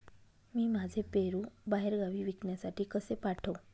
मी माझे पेरू बाहेरगावी विकण्यासाठी कसे पाठवू?